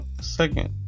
second